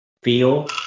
feel